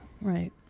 Right